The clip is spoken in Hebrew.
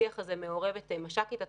בשיח הזה מעורבת משקית הת"ש,